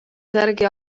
särgi